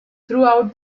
throughout